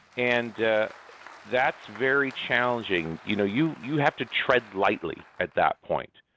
and that's very challenging. you know you you have to tread lightly at that point.